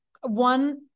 one